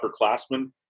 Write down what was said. upperclassmen